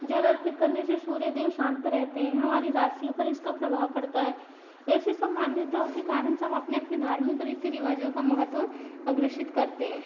जल अर्पित करने से सूर्य देव शांत रहते है हमारी राशियों पर इसका प्रभाव पड़ता है ऐसी सब मान्यताओं के कारण सब अपने अपने धार्मिक रीति रिवाजों का महत्व अग्रेषित करते है